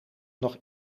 nog